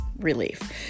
relief